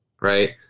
right